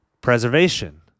preservation